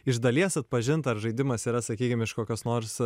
iš dalies atpažint ar žaidimas yra sakykim iš kokios nors